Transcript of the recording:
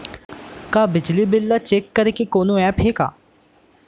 का बिजली बिल ल चेक करे के कोनो ऐप्प हे का?